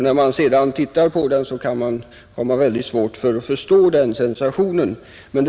När man sedan tittar på den, kan man ha svårt att förstå den sensationen.